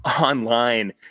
online